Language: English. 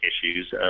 issues